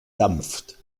dampft